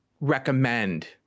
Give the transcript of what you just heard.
recommend